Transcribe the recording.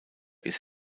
ist